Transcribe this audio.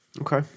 Okay